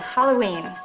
Halloween